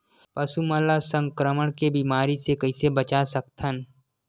पशु मन ला संक्रमण के बीमारी से कइसे बचा सकथन?